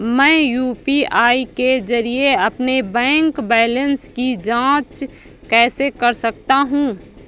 मैं यू.पी.आई के जरिए अपने बैंक बैलेंस की जाँच कैसे कर सकता हूँ?